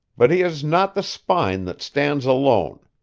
but he has not the spine that stands alone.